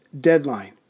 deadline